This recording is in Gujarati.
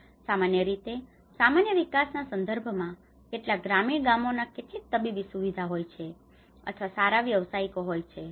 સામાન્ય રીતે સામાન્ય વિકાસના સંદર્ભમાં કેટલાક ગ્રામીણ ગામોમાં કેટલીક તબીબી સુવિધાઓ હોય છે અથવા સારા વ્યાવસાયિકો હોય છે